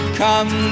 come